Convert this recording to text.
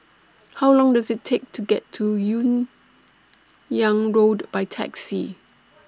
How Long Does IT Take to get to Hun Yeang Road By Taxi